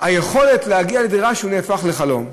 היכולת להגיע לדירה נהפכת לחלום.